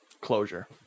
closure